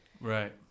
Right